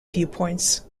viewpoints